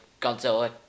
Godzilla